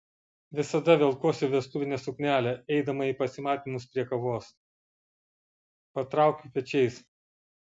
visada velkuosi vestuvinę suknelę eidama į pasimatymus prie kavos patraukiu pečiais